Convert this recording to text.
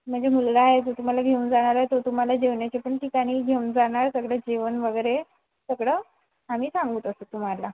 म्हणजे मुलगा आहे तो तुम्हाला घेऊन जाणार आहे तो तुम्हाला जेवणाचे पण ठिकाणी घेऊन जाणार सगळं जेवण वगैरे सगळं आम्ही सांगू तसं तुम्हाला